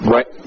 Right